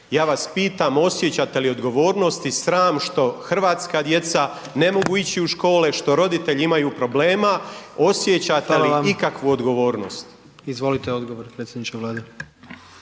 Ja vas pitam osjećate li odgovornost i sram što hrvatska djeca ne mogu ići u škole, što roditelji imaju problema, osjećate li ikakvu odgovornost? **Jandroković, Gordan